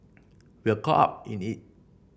we were caught up in it